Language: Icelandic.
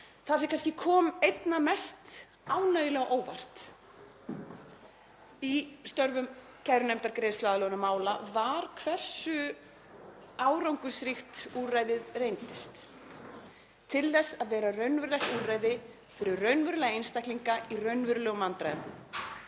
Það sem kom einna mest ánægjulega á óvart í störfum kærunefndar greiðsluaðlögunarmála var hversu árangursríkt úrræðið reyndist til þess að vera raunverulegt úrræði fyrir raunverulega einstaklinga í raunverulegum vandræðum.